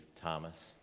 Thomas